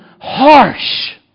harsh